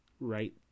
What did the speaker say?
right